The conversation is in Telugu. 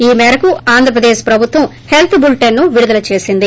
ఈ మేరకు ఆంధ్రప్రదేశ్ ప్రభుత్వం హెల్త్ బులిటెన్ విడుదల చేసేంది